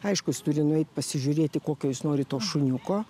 aišku jis turi nueit pasižiūrėti kokio jis nori to šuniuko